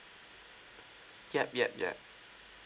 yup yup yup